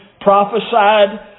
prophesied